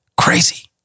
crazy